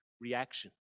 reaction